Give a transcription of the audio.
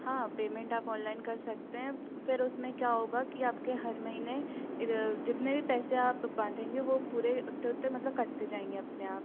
हाँ पेमेंट आप ऑनलाइन कर सकते हैं फिर उसमें क्या होगा कि आपके हर महीने इर जितने भी पैसे आप बांधेंगे वो पूरे उतने उतने मतलब कटते जाएंगे अपने आप